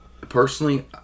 Personally